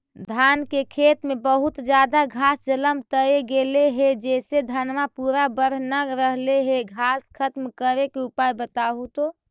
धान के खेत में बहुत ज्यादा घास जलमतइ गेले हे जेसे धनबा पुरा बढ़ न रहले हे घास खत्म करें के उपाय बताहु तो?